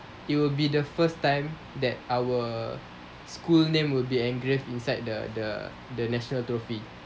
it will be the first time that our school name will be engraved inside the the the national trophy